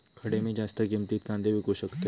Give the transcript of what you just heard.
खडे मी जास्त किमतीत कांदे विकू शकतय?